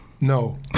no